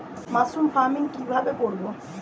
Mushroom farming কি ভাবে করব?